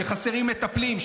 שחסרים בה מטפלים,